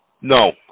no